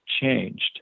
changed